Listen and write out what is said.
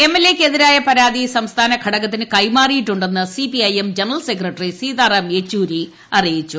എട്എൽഎക്കെതിരായ പരാതി സംസ്ഥാന ഘടകത്തിന് ക്ടൈമാറ്റിയിട്ടുണ്ടെന്ന് സിപിഐഎം ജനറൽ സെക്രട്ടറി സീതാറാം യ്യെച്ചൂരിയും അറിയിച്ചു